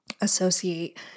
associate